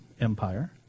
Empire